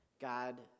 god